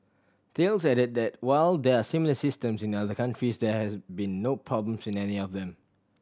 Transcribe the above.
Thales added that while there are similar systems in other countries there has been no problems in any of them